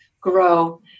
grow